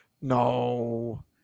No